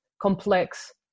complex